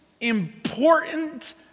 important